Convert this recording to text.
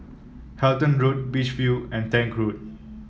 Halton Road Beach View and Tank Road